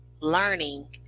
learning